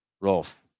Rolf